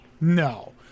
No